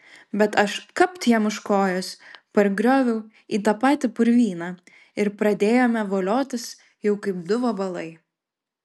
bet aš kapt jam už kojos pargrioviau į tą patį purvyną ir pradėjome voliotis jau kaip du vabalai